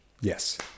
yes